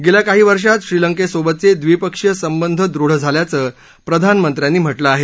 गेल्या काही वर्षांत श्रीलंकेसोबतचे द्वीपक्षीय संबंध दृढ झाल्याचं प्रधानमंत्र्यांनी म्हटलं आहे